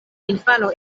infano